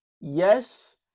yes